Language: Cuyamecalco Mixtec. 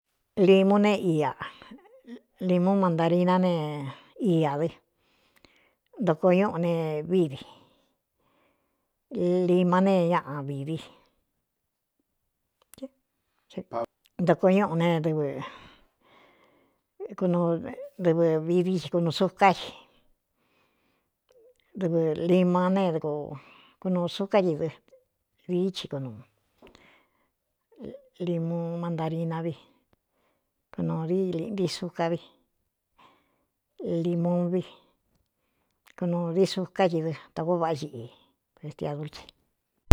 Limu ne ia limu mandarina ne iā dɨ ntoko ñúꞌu ne vívi lima ne ñaꞌa vivi ntoko ñúꞌu nedɨvɨ vidi unu uká idɨvɨ lima nekunūu sucá ɨí dɨ dií chi kunuu limu mantarina vi knud ni suka vi limuvi kunūu dií sucá ií dɨ takóó váꞌá xiꞌi pestia dulce.